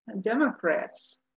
Democrats